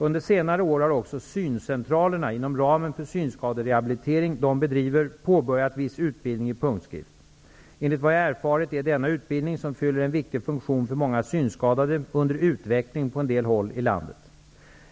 Under senare år har också syncentralerna -- inom ramen för den synskaderehabilitering de bedriver -- påbörjat viss utbildning i punktskrift. Enligt vad jag har erfarit är denna utbildning, som fyller en viktig funktion för många synskadade, under utveckling på en del håll i landet.